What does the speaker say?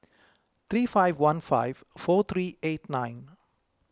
three five one five four three eight nine